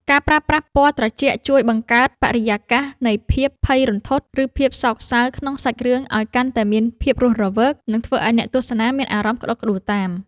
ការប្រើប្រាស់ពណ៌ត្រជាក់ជួយបង្កើតបរិយាកាសនៃភាពភ័យរន្ធត់ ឬ ភាពទុក្ខសោកក្នុងសាច់រឿងឱ្យកាន់តែមានភាពរស់រវើក និង ធ្វើឱ្យអ្នកទស្សនាមានអារម្មណ៍ក្តុកក្តួលតាម។